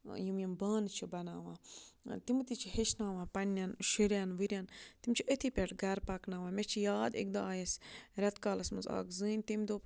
یِم یِم بانہٕ چھِ بَناوان تِم تہِ چھِ ہیٚچھناوان پنٛنٮ۪ن شُرٮ۪ن وُرٮ۪ن تِم چھِ أتھی پٮ۪ٹھ گَرٕ پَکناوان مےٚ چھِ یاد اَکہِ دۄہ آیہِ اَسہِ ریٚتہٕ کالَس منٛز اَکھ زٔنۍ تٔمۍ دوٚپ